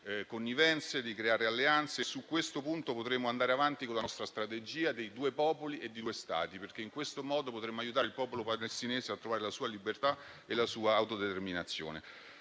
convivenze e alleanze. Su questo punto, potremmo andare avanti con la nostra strategia dei due popoli e dei due Stati, perché in questo modo potremmo aiutare il popolo palestinese a trovare la sua libertà e la sua autodeterminazione.